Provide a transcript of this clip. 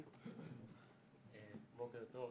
בוקר טוב.